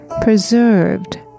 preserved